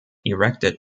erected